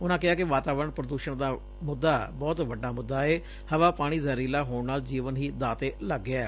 ਉਨ੍ਹਾ ਕਿਹੈ ਕਿ ਵਾਤਾਵਰਨ ਪ੍ਰਦੂਸ਼ਣ ਦਾ ਮੁੱਦਾ ਬਹੁਤ ਵੱਡਾ ਮੁੱਦਾ ਏ ਹਵਾ ਪਾਣੀ ਜ਼ਹਿਰੀਲਾ ਹੋਣ ਨਾਲ ਜੀਵਨ ਹੀ ਦਾਅ ਤੇ ਲੱਗ ਗਿਐ